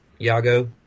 Yago